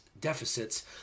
deficits